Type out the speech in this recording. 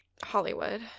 Hollywood